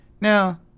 Now